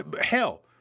Hell